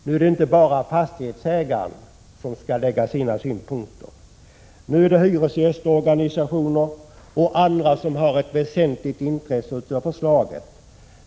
Nu är det inte bara fastighetsägare som skall anlägga sina synpunkter utan också hyresgästorganisationer och andra som har väsentligt intresse av förslagen.